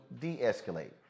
de-escalate